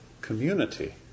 community